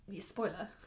Spoiler